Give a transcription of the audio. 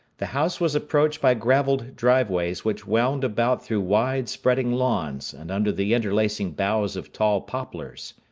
the house was approached by gravelled driveways which wound about through wide-spreading lawns and under the interlacing boughs of tall poplars.